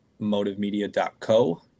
motivemedia.co